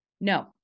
No